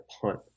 punt